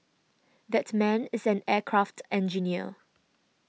that man is an aircraft engineer